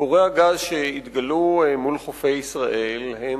מצבורי הגז שהתגלו מול חופי ישראל הם